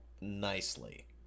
nicely